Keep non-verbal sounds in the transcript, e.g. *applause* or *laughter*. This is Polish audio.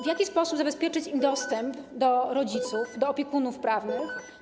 W jaki sposób zabezpieczyć im dostęp do rodziców, *noise* do opiekunów prawnych?